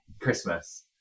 Christmas